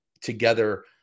together